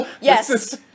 Yes